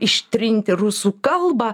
ištrinti rusų kalbą